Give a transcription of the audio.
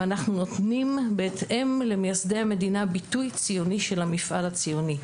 ואנחנו נותנים בהתאם למייסדי המדינה ביטוי ציוני של המפעל הציוני,